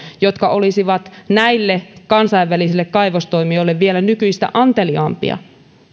jotka olisivat näille kansainvälisille kaivostoimijoille vielä nykyistä anteliaampia